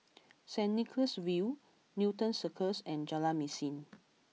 Saint Nicholas View Newton Circus and Jalan Mesin